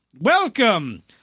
Welcome